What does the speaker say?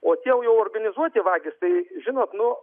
o tie jau organizuoti vagys tai žinok nu